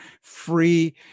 free